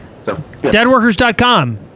deadworkers.com